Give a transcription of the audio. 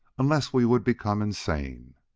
unless we would become insane.